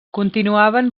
continuaven